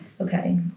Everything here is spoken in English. Okay